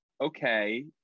okay